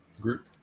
group